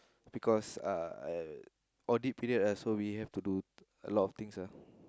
because uh audit period so we have to do a lot of things ah